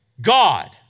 God